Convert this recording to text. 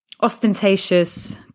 Ostentatious